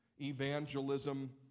evangelism